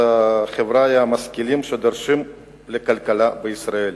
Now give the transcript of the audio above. החבר'ה המשכילים שדרושים לכלכלה בישראל.